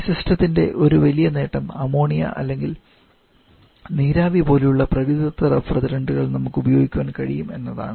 ഈ സിസ്റ്റത്തിൻറെ ഒരു വലിയ നേട്ടം അമോണിയ അല്ലെങ്കിൽ നീരാവി പോലുള്ള പ്രകൃതിദത്ത റഫ്രിജറന്റുകൾ നമുക്ക് ഉപയോഗിക്കാൻ കഴിയും എന്നതാണ്